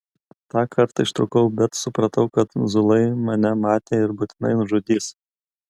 tą kartą ištrūkau bet supratau kad zulai mane matė ir būtinai nužudys